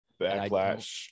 Backlash